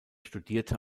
studierte